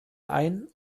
ein